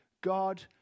God